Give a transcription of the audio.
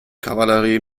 kavallerie